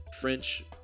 French